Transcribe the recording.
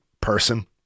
person